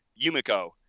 yumiko